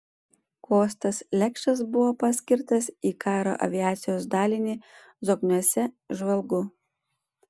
kostas lekšas buvo paskirtas į karo aviacijos dalinį zokniuose žvalgu